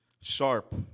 sharp